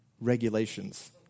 regulations